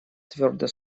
твердо